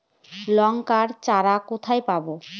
লঙ্কার চারা কোথায় পাবো?